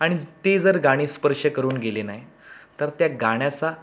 आणि ते जर गाणी स्पर्श करून गेली नाही तर त्या गाण्याचा